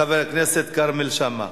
חבר הכנסת נסים זאב,